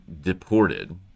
deported